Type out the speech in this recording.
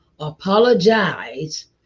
apologize